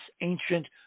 ancient